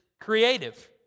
creative